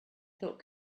thought